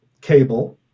cable